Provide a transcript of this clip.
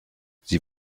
sie